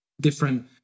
different